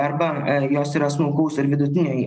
arba jos yra smulkaus ir vidutiniai